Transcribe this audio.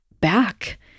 back